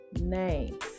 name